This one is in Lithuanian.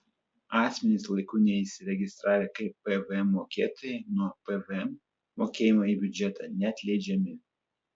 asmenys laiku neįsiregistravę kaip pvm mokėtojai nuo pvm mokėjimo į biudžetą neatleidžiami